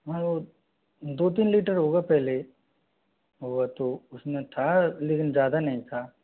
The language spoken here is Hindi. हाँ दो तीन लीटर होगा पहले होगा पहले हुआ तो उसमें था लेकिन ज़्यादा नहीं था